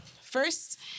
First